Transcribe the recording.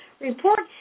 Reports